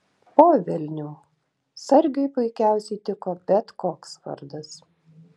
po velnių sargiui puikiausiai tiko bet koks vardas